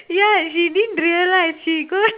ya she didn't realise she go